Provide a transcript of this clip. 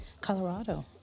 Colorado